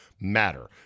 matter